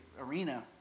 arena